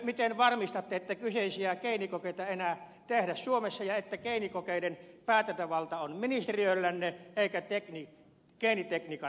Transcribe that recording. miten varmistatte että kyseisiä geenikokeita ei enää tehdä suomessa ja että geenikokeiden päätäntävalta on ministeriöllänne eikä geenitekniikan lautakunnalla